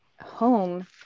home